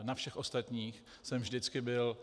Na všech ostatních jsem vždycky byl.